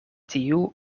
tiu